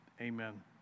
Amen